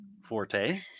Forte